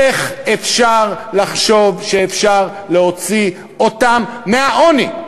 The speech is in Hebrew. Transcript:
איך אפשר לחשוב שאפשר להוציא אותם מהעוני?